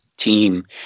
team